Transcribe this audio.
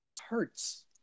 hurts